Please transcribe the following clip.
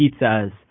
pizzas